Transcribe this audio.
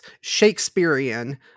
Shakespearean